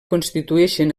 constitueixen